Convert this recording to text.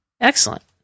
Excellent